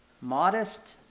modest